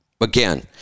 Again